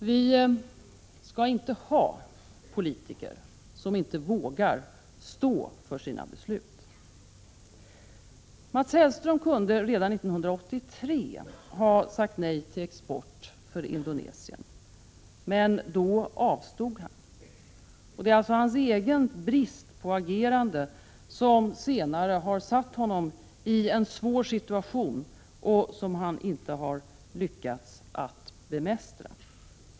Vi skall inte ha politiker som inte vågar stå för sina beslut. Mats Hellström kunde redan 1983 ha sagt nej till export till Indonesien, men då avstod han. Det är hans egen brist på agerande som senare försatt honom i en svår situation, som han inte lyckats bemästra.